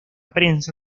prensa